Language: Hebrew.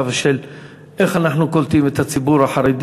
ושל איך אנחנו קולטים את הציבור החרדי.